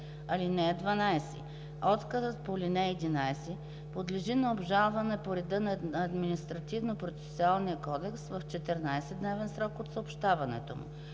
ал. 5. (12) Отказът по ал. 11 подлежи на обжалване по реда на Административнопроцесуалния кодекс в 14-дневен срок от съобщаването му.